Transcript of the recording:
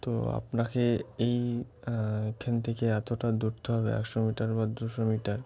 তো আপনাকে এই এখান থেকে এতটা দূরত্ব হবে একশো মিটার বা দুশো মিটার